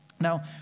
Now